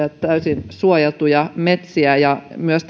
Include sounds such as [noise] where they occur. täysin suojeltuja metsiä myös [unintelligible]